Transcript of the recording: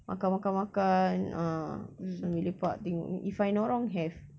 makan makan makan ah sambil lepak tengok ni~ if I not wrong have